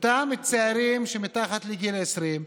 אותם צעירים שמתחת לגיל 20,